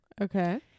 okay